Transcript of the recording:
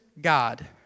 God